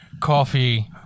coffee